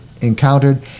encountered